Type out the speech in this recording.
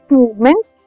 movements